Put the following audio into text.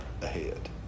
ahead